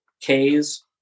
K's